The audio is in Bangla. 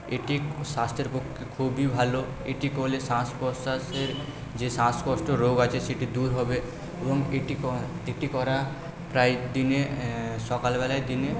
এটি স্বাস্থ্যের পক্ষে খুবই ভালো এটি করলে শ্বাস প্রশ্বাসে যে শ্বাস কষ্ট রোগ আছে সেটি দূর হবে এবং এটি করা প্রায় দিনে সকালবেলায় দিনে